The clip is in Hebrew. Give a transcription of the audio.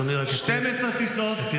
12 טיסות --- אדוני,